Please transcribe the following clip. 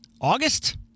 August